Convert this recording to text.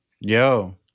Yo